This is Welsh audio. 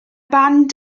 band